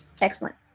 Excellent